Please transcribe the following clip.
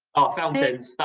ah, fountains,